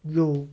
有